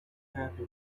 happy